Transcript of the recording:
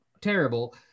terrible